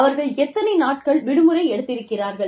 அவர்கள் எத்தனை நாட்கள் விடுமுறை எடுத்திருக்கிறார்கள்